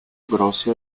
grossi